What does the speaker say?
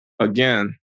again